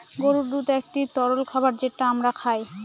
গরুর দুধ একটি তরল খাবার যেটা আমরা খায়